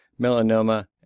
melanoma